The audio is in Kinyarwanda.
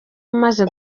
umaze